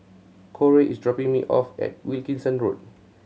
Corey is dropping me off at Wilkinson Road